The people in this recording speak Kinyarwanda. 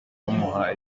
bamuha